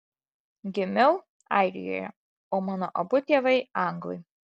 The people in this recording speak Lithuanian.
gimiau airijoje o mano abu tėvai anglai